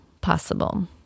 possible